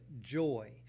joy